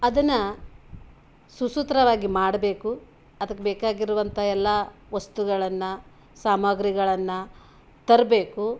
ಅದನ್ನು ಸುಸೂತ್ರವಾಗಿ ಮಾಡಬೇಕು ಅದಕ್ಕೆ ಬೇಕಾಗಿರುವಂಥ ಎಲ್ಲ ವಸ್ತುಗಳನ್ನು ಸಾಮಗ್ರಿಗಳನ್ನು ತರಬೇಕು